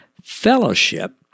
fellowship